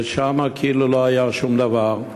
ושם כאילו לא היה שום דבר,